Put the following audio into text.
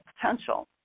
potential